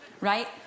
right